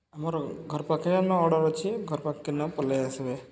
ଆମର୍ ଘର୍ ପାଖେନ ଅର୍ଡ଼ର୍ ଅଛେ ଘର୍ ପାଖ୍କେନ ପଲେଇ ଆସ୍ବେ